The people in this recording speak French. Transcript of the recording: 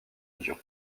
lyon